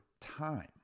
time